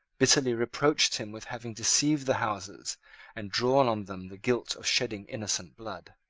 bitterly reproached him with having deceived the houses and drawn on them the guilt of shedding innocent blood.